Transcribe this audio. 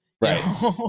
right